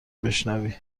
بشنوی